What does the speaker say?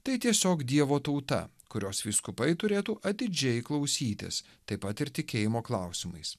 tai tiesiog dievo tauta kurios vyskupai turėtų atidžiai klausytis taip pat ir tikėjimo klausimais